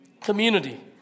Community